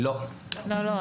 לא, לא.